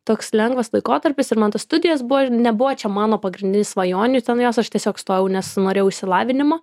toks lengvas laikotarpis ir man tos studijos buvo nebuvo čia mano pagrindinės svajonių ten jos aš tiesiog stojau nes norėjau išsilavinimo